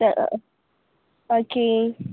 അ okay